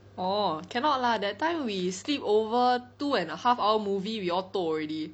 orh cannot lah that time we sleep over two and a half hour movie we all toh already